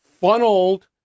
funneled